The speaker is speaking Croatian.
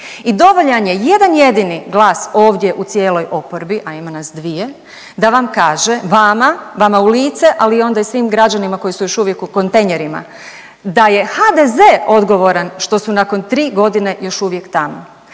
I dovoljan je jedan jedini glas ovdje u cijeloj oporbi, a ima nas dvije da vam kaže, vama, vama u lice, a onda i svim građanima koji su još uvijek u kontejnerima da je HDZ odgovoran što su nakon tri godine još uvijek tamo.